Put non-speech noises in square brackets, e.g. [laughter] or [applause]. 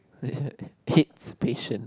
[laughs] hit patient